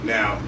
Now